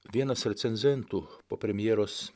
vienas recenzentų po premjeros